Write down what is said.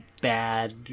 bad